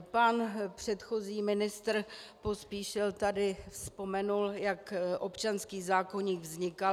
Pan předchozí ministr Pospíšil tady vzpomenul, jak občanský zákoník vznikal.